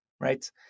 right